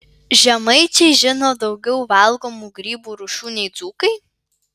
žemaičiai žino daugiau valgomų grybų rūšių nei dzūkai